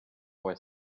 boy